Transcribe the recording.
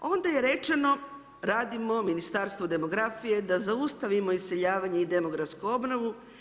Onda je rečeno, radimo u Ministarstvu demografiju da zaustavimo iseljavanje i demografsko obnovu.